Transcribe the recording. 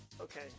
Okay